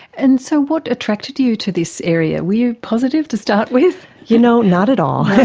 and so what attracted you to this area? were you positive to start with? you know, not at all.